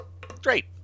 Great